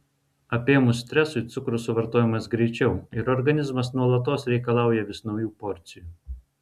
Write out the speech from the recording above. apėmus stresui cukrus suvartojamas greičiau ir organizmas nuolatos reikalauja vis naujų porcijų